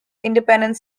independent